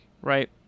right